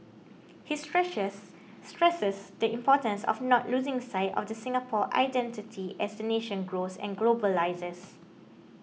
he stresses the importance of not losing sight of the Singapore identity as the nation grows and globalises